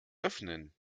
öffnen